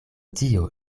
tio